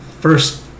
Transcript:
first